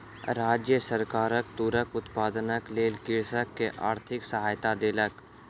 राज्य सरकार तूरक उत्पादनक लेल कृषक के आर्थिक सहायता देलक